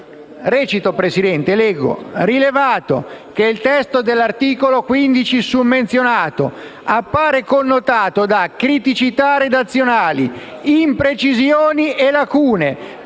perché resti agli atti: «rilevato che il testo dell'articolo 15 summenzionato appare connotato da criticità redazionali, imprecisioni e lacune